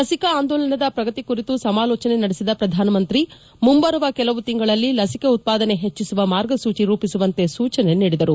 ಲಸಿಕಾ ಆಂದೋಲನದ ಪ್ರಗತಿ ಕುರಿತು ಸಮಾಲೋಚನೆ ನಡೆಸಿದ ಪ್ರಧಾನಮಂತ್ರಿ ಮುಂಬರುವ ಕೆಲವು ತಿಂಗಳಲ್ಲಿ ಲಸಿಕೆ ಉತ್ಪಾದನೆ ಹೆಚ್ಚಿಸುವ ಮಾರ್ಗಸೂಚಿ ರೂಪಿಸುವಂತೆ ಸೂಚನೆ ನೀಡಿದರು